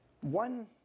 one